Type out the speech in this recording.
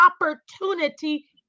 opportunity